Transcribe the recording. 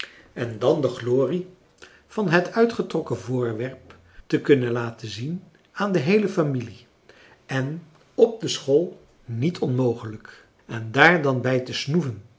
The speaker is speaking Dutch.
en dan de glorie van het uitgetrokken voorwerp te kunnen laten zien aan de heele familie en op de school niet onmogelijk en daar dan bij te snoeven